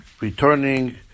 returning